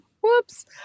whoops